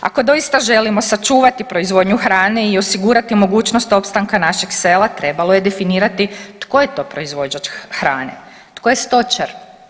Ako dosita želimo sačuvati proizvodnju hrane i osigurati mogućnost opstanka našeg sela trebalo je definirati tko je to proizvođač hrane, tko je stočar.